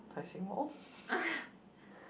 Tai-Seng-Mall